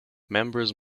members